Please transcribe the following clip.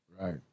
right